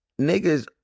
niggas